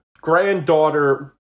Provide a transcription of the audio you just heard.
granddaughter